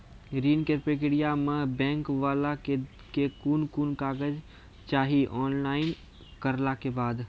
ऋण के प्रक्रिया मे बैंक वाला के कुन कुन कागज चाही, ऑनलाइन करला के बाद?